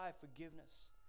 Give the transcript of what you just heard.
forgiveness